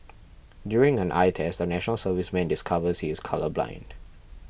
during an eye test a National Serviceman discovers he is colourblind